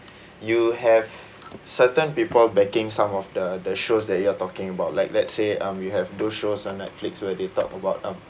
you have certain people backing some of the the shows that you are talking about like let's say um you have those shows on netflix where they talk about um